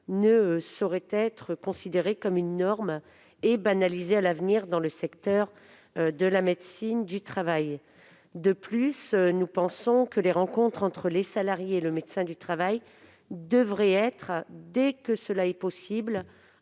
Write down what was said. ne saurait être considéré comme une norme et banalisé dans tout le secteur de la médecine du travail. De plus, à notre sens, les rencontres entre les salariés et le médecin du travail devraient se tenir en présentiel, dès que cela est possible,